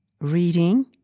reading